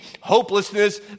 hopelessness